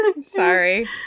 sorry